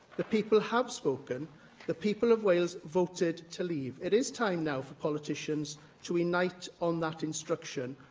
the people have spoken the people of wales voted to leave. it is time now for politicians to unite on that instruction,